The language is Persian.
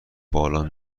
بالاها